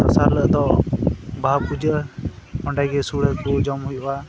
ᱫᱚᱥᱟᱨ ᱦᱤᱞᱳᱜ ᱫᱚ ᱵᱟᱦᱟ ᱯᱩᱡᱟᱹ ᱚᱸᱰᱮ ᱜᱮ ᱥᱚᱲᱮ ᱠᱚ ᱡᱚᱢ ᱦᱩᱭᱩᱜᱼᱟ